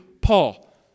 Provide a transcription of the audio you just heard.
Paul